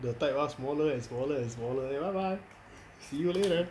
the type R smaller and smaller and smaller then bye bye see you later